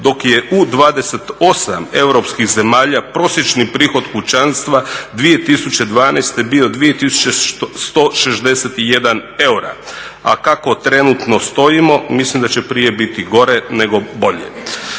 dok je u 28 europskih zemalja prosječni prihod kućanstva 2012. bio 2161 eura, a kako trenutno stojimo mislim da će prije biti gore nego bolje.